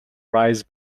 rice